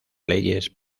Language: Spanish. leyes